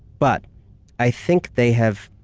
but i think they have.